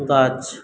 গাছ